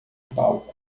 palco